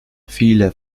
viele